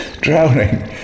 Drowning